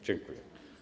Dziękuję.